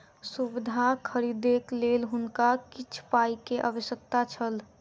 सुविधा खरीदैक लेल हुनका किछ पाई के आवश्यकता छल